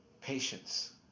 patience